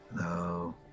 Hello